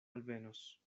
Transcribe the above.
alvenos